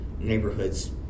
neighborhoods